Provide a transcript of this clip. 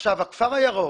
הכפר הירוק